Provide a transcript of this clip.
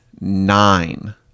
nine